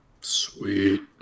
Sweet